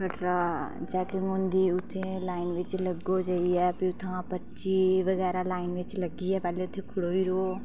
Katra checking होंदी उत्थै line बिच उत्थै जाइयेै फ्ह उत्थुआं पर्ची बगैरा लाइन बिच लग्गियै पैहले उत्थै खड़ोई रवो